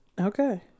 Okay